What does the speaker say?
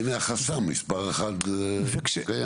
הנה החסם מספר אחת שקיים.